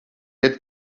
had